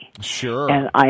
Sure